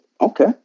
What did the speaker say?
okay